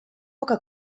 poca